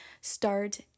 start